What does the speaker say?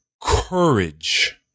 Courage